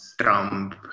Trump